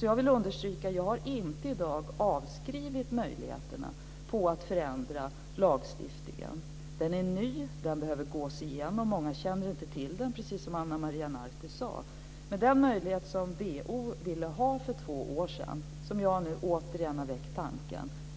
Jag vill understryka att jag inte i dag har avskrivit möjligheterna att förändra lagstiftningen. Den är ny. Den behöver gås igenom. Många känner inte till den, precis som Ana Maria Narti sade. Det är den möjlighet som DO ville ha för två år sedan som jag nu återigen har väckt tanken på.